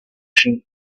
chink